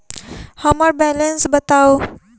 हम्मर बैलेंस बताऊ